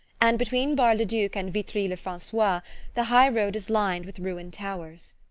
and between bar-le-duc and vitry-le-francois the high-road is lined with ruined towns.